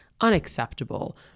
unacceptable